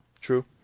true